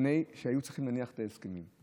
לפני שהיו צריכים להניח את ההסכמים.